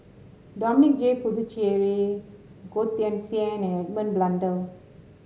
Dominic J Puthucheary Goh Teck Sian and Edmund Blundell